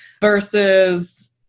versus